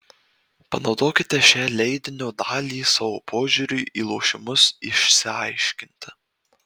panaudokite šią leidinio dalį savo požiūriui į lošimus išsiaiškinti